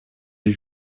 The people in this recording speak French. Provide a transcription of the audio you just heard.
les